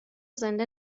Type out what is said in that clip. زنده